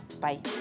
Bye